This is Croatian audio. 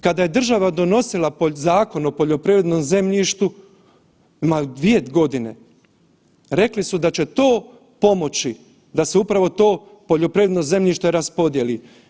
Kada je država donosila Zakona o poljoprivrednom zemljištu, ima dvije godine, rekli su da će to pomoći da se upravo to poljoprivredno zemljište raspodijeli.